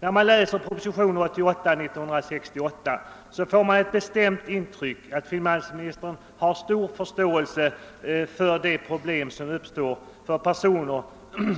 När man läser propositionen 1968: 88 får man ett bestämt intryck av att finansministern har förståelse för de problem som uppstår för personer